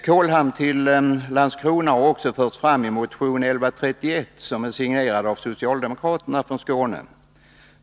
Kolhamn till Landskrona har också föreslagits i motion 1131 som är signerad av socialdemokrater från Skåne.